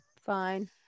Fine